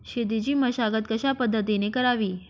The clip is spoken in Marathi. शेतीची मशागत कशापद्धतीने करावी?